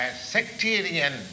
sectarian